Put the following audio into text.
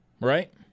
Right